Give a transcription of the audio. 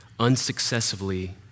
unsuccessfully